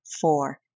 four